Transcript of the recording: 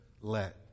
let